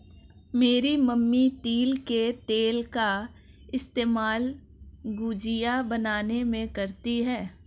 मेरी मम्मी तिल के तेल का इस्तेमाल गुजिया बनाने में करती है